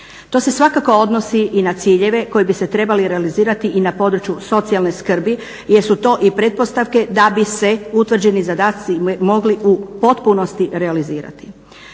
To se svakako odnosi i na ciljeve koji bi se trebali realizirati i na području socijalne skrbi jer su to i pretpostavke da bi se utvrđeni zadaci mogli u potpunosti realizirati.